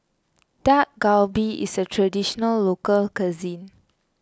Dak Galbi is a Traditional Local Cuisine